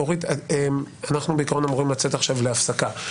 אורית, אנחנו בעיקרון אמורים לצאת עכשיו להפסקה.